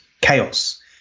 chaos